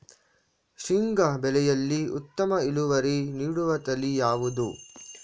ಶೇಂಗಾ ಬೆಳೆಯಲ್ಲಿ ಉತ್ತಮ ಇಳುವರಿ ನೀಡುವ ತಳಿ ಯಾವುದು?